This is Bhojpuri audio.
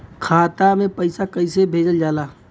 खाता में पैसा कैसे भेजल जाला?